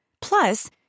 Plus